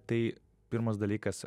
tai pirmas dalykas